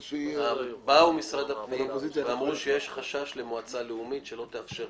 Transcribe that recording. באו נציגי משרד הפנים ואמרו שיש חשש למועצה לעומתית